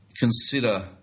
consider